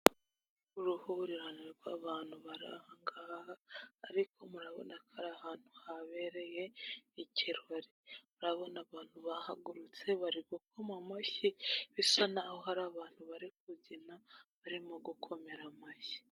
Uruhurirane rw'abantu bari aha ngaha, ariko murabona ko ari ahantu habereye ikirori, murabona abantu bahagurutse bari gukoma mashyi, bisa nk'aho hari abantu bari kubyina barimo gukomera amashyi.